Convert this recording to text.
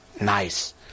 nice